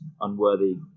unworthy